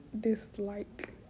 dislike